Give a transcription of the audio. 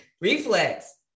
reflex